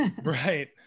right